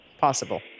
possible